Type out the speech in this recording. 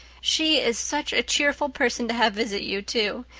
she is such a cheerful person to have visit you, too.